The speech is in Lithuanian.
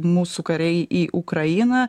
mūsų kariai į ukrainą